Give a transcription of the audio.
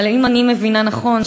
אבל אם אני מבינה נכון,